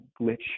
glitch